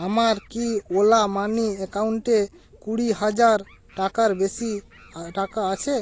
আমার কি Ola Money অ্যাকাউন্টে কুড়ি হাজার টাকার বেশি টাকা আছে